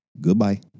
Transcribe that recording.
goodbye